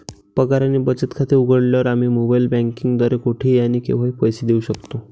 पगार आणि बचत खाते उघडल्यावर, आम्ही मोबाइल बँकिंग द्वारे कुठेही आणि केव्हाही पैसे देऊ शकतो